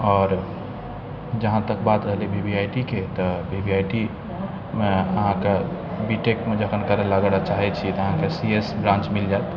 आओर जहाँ तक बात रहलै वी वी आइ टी के तऽ वी वी आइ टी मे अहाँके बी टेक मे जखन करबाबैलए चाहै छिए तऽ सी एस ब्रान्च मिलि जाएत